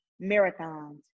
marathons